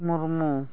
Murmu